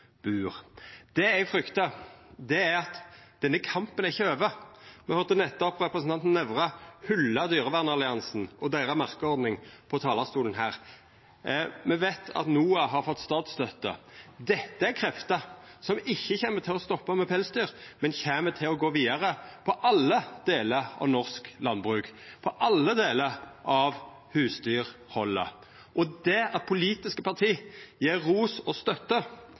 at denne kampen ikkje er over. Me høyrde nettopp representanten Nævra hylla Dyrevernalliansen og deira merkjeordning frå talarstolen her. Me veit at NOAH har fått statsstøtte. Dette er krefter som ikkje kjem til å stoppa ved pelsdyr, men som kjem til å gå vidare på alle delar av norsk landbruk, på alle delar av husdyrhaldet. Det at politiske parti gjev ros og støtte